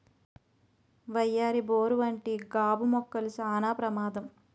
వయ్యారి బోరు వంటి గాబు మొక్కలు చానా ప్రమాదం